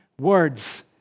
words